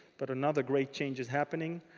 but another great change is happening.